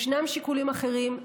ישנם שיקולים אחרים,